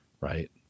Right